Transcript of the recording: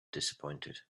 disappointed